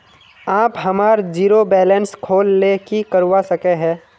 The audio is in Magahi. आप हमार जीरो बैलेंस खोल ले की करवा सके है?